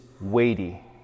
weighty